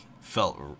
felt